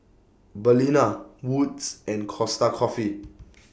Balina Wood's and Costa Coffee